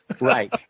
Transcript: Right